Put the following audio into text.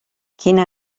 quina